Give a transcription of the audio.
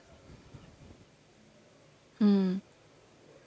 mm